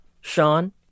Sean